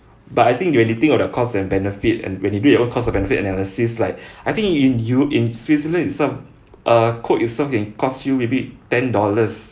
but I think when you think of the cost and benefit and when you do your own cost and benefit analysis like I think in you in switzerland itself uh coke itself can cost you maybe ten dollars